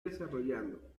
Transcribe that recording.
desarrollando